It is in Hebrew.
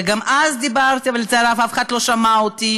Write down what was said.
וגם אז דיברתי, אבל לצערי הרב אף אחד לא שמע אותי.